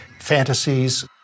fantasies